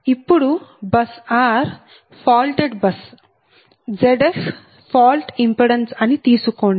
ఇప్పుడు bus r faulted bus Zf fault impedance అని తీసుకోండి